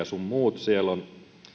sun muut siellä ovat